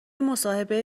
مصاحبه